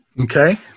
Okay